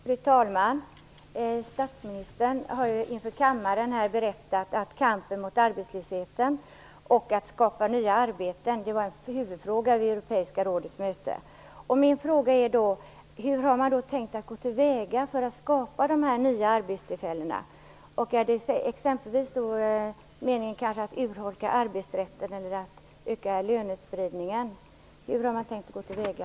Fru talman! Statsministern har inför kammaren här berättat att kampen mot arbetslösheten och för att skapa nya arbetstillfällen var en huvudfråga vid Europeiska rådets möte. Min fråga gäller hur man har tänkt gå till väga för att skapa de här nya arbetstillfällena. Är det t.ex. meningen att urholka arbetsrätten eller att öka lönespridningen? Hur har man tänkt gå till väga?